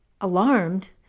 Alarmed